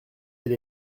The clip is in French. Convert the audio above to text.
elle